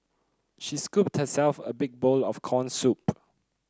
she scooped herself a big bowl of corn soup